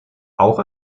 auch